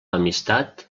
amistat